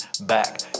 back